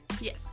Yes